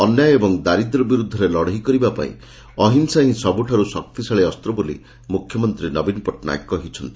ଅନ୍ୟାୟ ଓ ଦାରିଦ୍ର୍ୟ ବିରୁଦ୍ଧରେ ଲଡ଼େଇ କରିବା ପାଇଁ ଅହିଂସା ହିଁ ସବୁଠାରୁ ଶକ୍ତିଶାଳି ଅସ୍ଚ ବୋଲି ମୁଖ୍ୟମନ୍ତୀ ନବୀନ ପଟ୍ଟନାୟକ କହିଛନ୍ତି